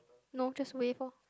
no just wave lor